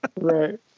Right